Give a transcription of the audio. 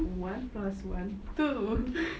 one plus one two